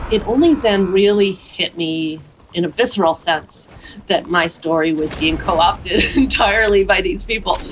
it only then really hit me in a visceral sense that my story was being co-opted entirely by these people.